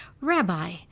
Rabbi